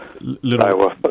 Little